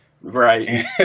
Right